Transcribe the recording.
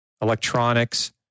electronics